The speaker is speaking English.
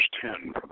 ten